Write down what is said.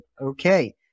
Okay